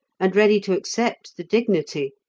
and ready to accept the dignity,